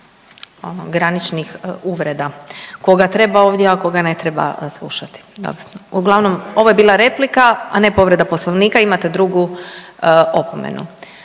graničnih uvreda koga treba ovdje, a koga ne treba slušati. Dobro. Uglavnom ovo je bila replika, a ne povreda Poslovnika. Imate drugu opomenu.